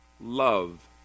love